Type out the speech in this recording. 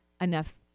enough